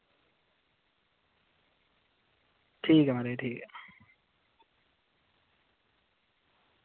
ठीक ऐ म्हाराज ठीक ऐ